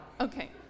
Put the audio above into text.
Okay